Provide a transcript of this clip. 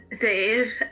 Dave